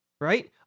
right